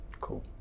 Cool